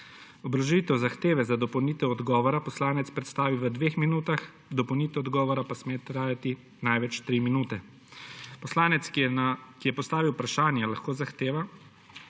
Obrazložitev zahteve za dopolnitev odgovora poslanec predstavi v dveh minutah, dopolnitev odgovora pa sme trajati največ tri minute. Poslanec, ki je postavil vprašanje, lahko zahteva,